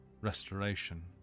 restoration